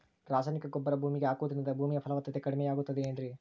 ರಾಸಾಯನಿಕ ಗೊಬ್ಬರ ಭೂಮಿಗೆ ಹಾಕುವುದರಿಂದ ಭೂಮಿಯ ಫಲವತ್ತತೆ ಕಡಿಮೆಯಾಗುತ್ತದೆ ಏನ್ರಿ?